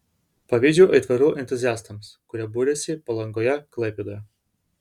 pavydžiu aitvarų entuziastams kurie buriasi palangoje klaipėdoje